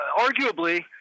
arguably